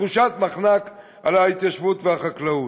לתחושת מחנק על ההתיישבות והחקלאות.